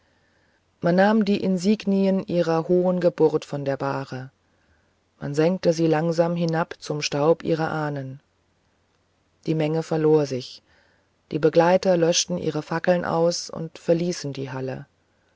man nahm die insignien ihrer hohen geburt von der bahre man senkte sie langsam hinab zum staub ihrer ahnen die menge verlor sich die begleiter löschten ihre fackeln aus und verließen die halle